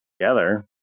together